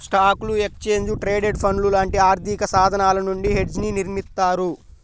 స్టాక్లు, exchange traded ఫండ్లు లాంటి ఆర్థికసాధనాల నుండి హెడ్జ్ని నిర్మిత్తారు